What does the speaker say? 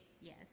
yes